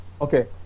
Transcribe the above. Okay